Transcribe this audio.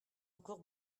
encore